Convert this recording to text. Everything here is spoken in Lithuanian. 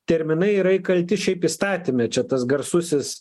terminai yra įkalti šiaip įstatyme čia tas garsusis